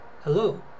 Hello